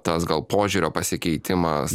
tas gal požiūrio pasikeitimas